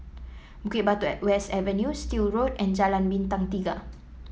Bukit Batok West Avenue Still Road and Jalan Bintang Tiga